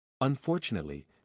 Unfortunately